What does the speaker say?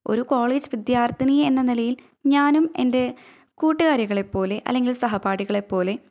ഒരു കോളേജ് വിദ്യാർത്ഥിനി എന്ന നിലയിൽ ഞാനും എൻ്റെ കൂട്ടുകാരികളെപ്പോലെ അല്ലെങ്കിൽ സഹപാഠികളെപ്പോലെ